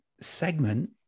segment